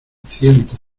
ciento